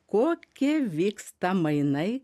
kokie vyksta mainai